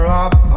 up